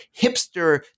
hipster